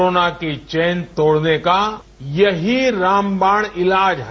corona की chain तोड़ने का यही रामबाण इलाज है